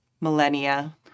millennia